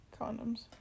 condoms